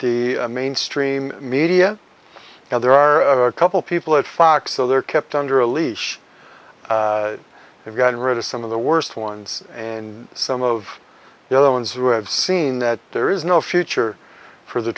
the mainstream media now there are a couple people at fox so they're kept under a leash they've gotten rid of some of the worst ones and some of the other ones who have seen that there is no future for the